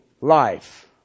life